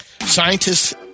Scientists